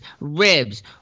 ribs